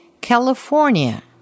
California